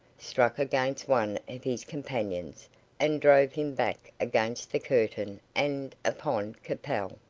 struck against one of his companions and drove him back against the curtain and upon capel.